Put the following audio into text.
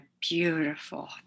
beautiful